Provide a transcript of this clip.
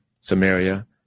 Samaria